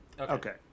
Okay